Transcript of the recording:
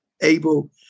able